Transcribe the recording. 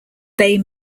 bay